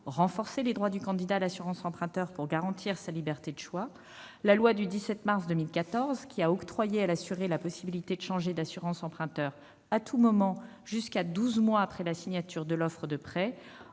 renforcé les droits du candidat à l'assurance emprunteur, pour garantir sa liberté de choix, par la loi du 17 mars 2014, qui a octroyé à l'assuré la possibilité de changer d'assurance emprunteur à tout moment jusqu'à douze mois après la signature de l'offre de prêt,